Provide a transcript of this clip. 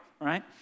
right